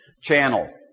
channel